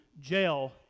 jail